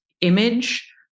image